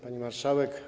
Pani Marszałek!